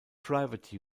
private